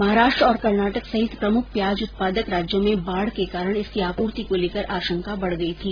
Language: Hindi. महाराष्ट्र और कर्नाटक सहित प्रमुख प्याज उत्पादक राज्यों में बाढ़ के कारण इसकी आपूर्ति को लेकर आशंका बढ़ गई थी